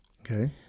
Okay